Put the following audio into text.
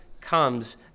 comes